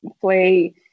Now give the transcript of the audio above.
play